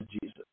Jesus